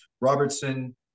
Robertson